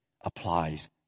applies